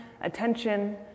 attention